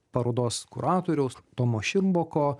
parodos kuratoriaus tomo širmboko